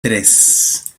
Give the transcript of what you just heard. tres